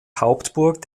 hauptburg